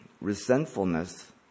resentfulness